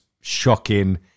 shocking